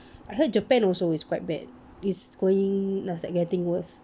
I heard japan also is quite bad it's going nuts are getting worse